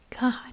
God